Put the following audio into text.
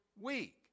week